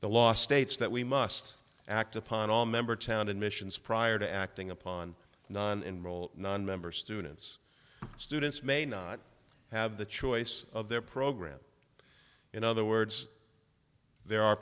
the law states that we must act upon all member town admissions prior to acting upon non enroll nonmember students students may not have the choice of their program in other words there